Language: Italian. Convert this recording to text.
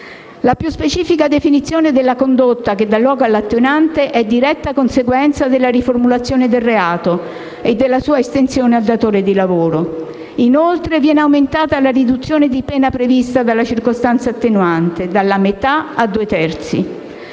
La più specifica definizione della condotta che dà luogo all'attenuante è diretta conseguenza della riformulazione del reato e della sua estensione al datore di lavoro. Inoltre, viene aumentata la riduzione di pena prevista dalla circostanza attenuante, dalla metà ai due terzi.